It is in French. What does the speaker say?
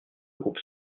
groupe